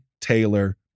Taylor